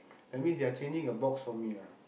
that means they are changing a box for me ah